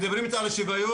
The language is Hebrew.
מדברים איתי על שיווין,